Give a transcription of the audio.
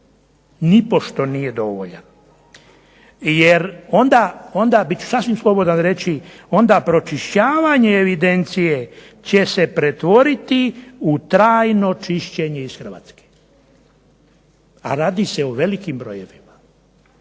Nipošto nije dovoljan. Jer onda, sasvim slobodan reći, onda pročišćavanje evidencije će se pretvoriti u trajno čišćenje iz Hrvatske, a radi se o velikim brojevima.